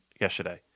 yesterday